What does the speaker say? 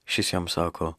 šis jam sako